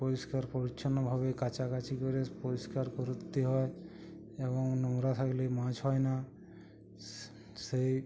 পরিষ্কার পরিচ্ছন্নভাবে কাচা কাচি করে পরিষ্কার করতে হয় এবং নোংরা থাকলে মাছ হয় না সেই